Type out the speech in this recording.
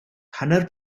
hanner